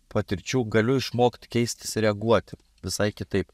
patirčių galiu išmokt keistis reaguoti visai kitaip